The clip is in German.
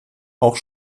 auch